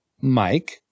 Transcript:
Mike